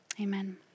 Amen